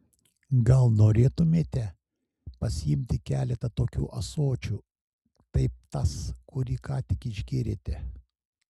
gal norėtumėte pasiimti keletą tokių ąsočių taip tas kurį ką tik išgėrėte